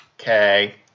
okay